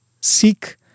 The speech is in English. seek